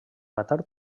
matar